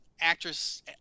actress